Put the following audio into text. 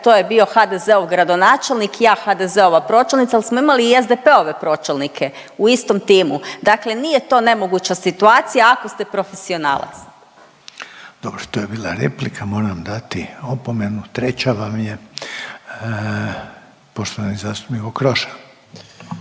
to je bio HDZ-ov gradonačelnik, ja HDZ-ova pročelnica, ali smo imali i SDP-ove pročelnike u istom timu. Dakle nije to nemoguća situacija ako ste profesionalac. **Reiner, Željko (HDZ)** Dobro. To je bila replika, moram dati opomenu, treća vam je. Poštovani zastupnik Okroša.